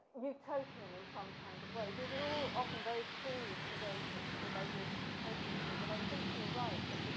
utopian in some kind of way. these are all often very crude engagements with ideas of utopianism. but, i think you're right, that